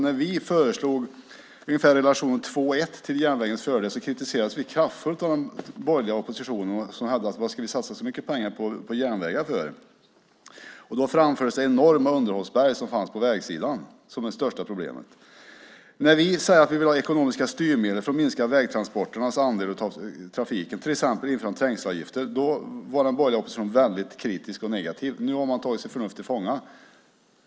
När vi föreslog ungefär relationen 2-1 till järnvägens fördel blev vi kraftfullt kritiserade av den borgerliga oppositionen som undrade varför vi skulle satsa så mycket pengar på järnvägar. Det enorma underhållsberget på vägsidan framfördes som det största problemet. När vi sade att vi ville ha ekonomiska styrmedel för att minska vägtransporternas andel av trafiken - jag tänker då på exempelvis införandet av trängselavgiften - var den borgerliga oppositionen väldigt kritisk och negativ. Nu har man tagit sitt förnuft till fånga.